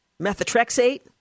Methotrexate